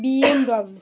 BMW